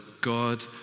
God